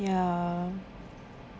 ya